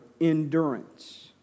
endurance